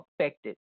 affected